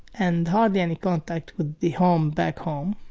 and hardly any contact with the home, back home,